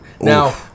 Now